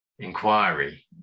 inquiry